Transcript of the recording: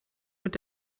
mit